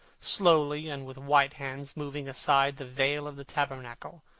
slowly and with white hands moving aside the veil of the tabernacle,